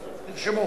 נרשמו.